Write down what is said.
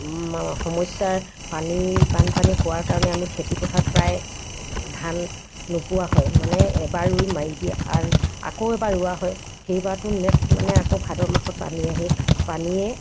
সমস্যাৰ পানী বানপানী হোৱাৰ কাৰণে আমি খেতিপথাৰত প্ৰায় ধান নোপোৱা হয় মানে এবাৰ ৰুই মাৰি দিয়ে আন আকৌ এবাৰ ৰোৱা হয় সেইবাৰতো নেক্সট মানে আকৌ ভাদ মাহত পানী আহি পানীয়ে